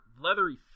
leathery